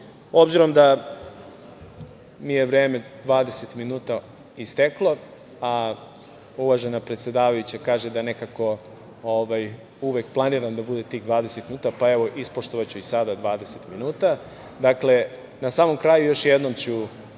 rešenje. Obzirom da mi je vreme od 20 minuta isteklo, a uvažena predsedavajuća kaže da nekako uvek planiram da bude tih 20 minuta, evo, ispoštovaću i sada 20 minuta. Dakle, na samom kraju još jednom ću